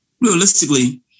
realistically